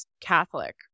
Catholic